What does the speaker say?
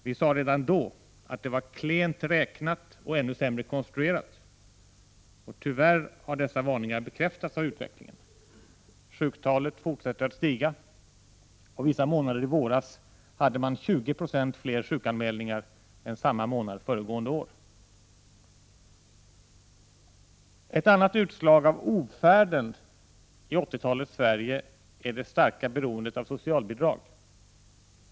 Vi sade redan då att det var klent räknat och ännu sämre konstruerat. Tyvärr har dessa varningar bekräftats av utvecklingen. Sjuktalet fortsätter att stiga, och vissa månader i våras gjordes det 20 9 fler sjukanmälningar än samma månad föregående år. Ett annat utslag av ofärden i 80-talets Sverige är det starka beroendet av socialbidrag.